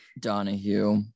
donahue